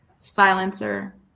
Silencer